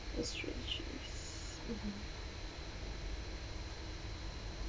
that's true actually s~ mmhmm